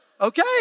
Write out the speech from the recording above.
Okay